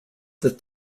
that